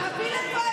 תגיד את האמת.